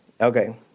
Okay